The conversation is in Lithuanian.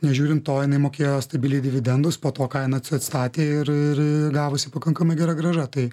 nežiūrint to jinai mokėjo stabiliai dividendus po to kainas atstatė ir ir ir gavosi pakankamai gera grąža tai